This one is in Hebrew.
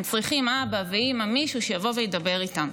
הם צריכים אבא ואימא, מישהו שיבוא וידבר איתם.